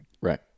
right